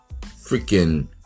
Freaking